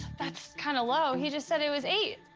that's kind of low. he just said it was eight.